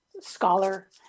scholar